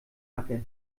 acker